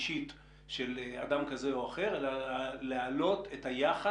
זו לא הדרגה האישית אלא העלאת היחס